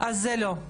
אז זה לא.